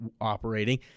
operating